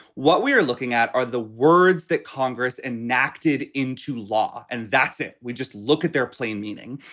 what we are looking at are the words that congress enacted into law, and that's it. we just look at their plain meaning.